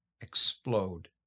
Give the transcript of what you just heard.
explode